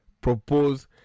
propose